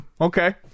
Okay